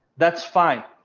that's fine.